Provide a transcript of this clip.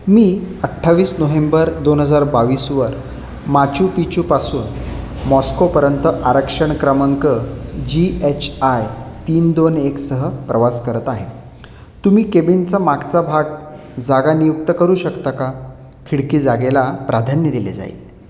मी अठ्ठावीस नोव्हेंबर दोन हजार बावीसवर माचू पिचूपासून मॉस्कोपर्यंत आरक्षण क्रमांक जी एच आय तीन दोन एकसह प्रवास करत आहे तुम्ही केबिनचा मागचा भाग जागा नियुक्त करू शकता का खिडकी जागेला प्राधान्य दिले जाईल